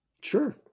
Sure